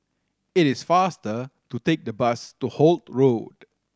it is faster to take the bus to Holt Road